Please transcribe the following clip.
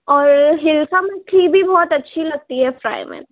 اور ہلسا مچھلی بھی بہت اچھی لگتی ہے فرائی میں